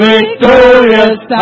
Victorious